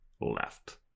left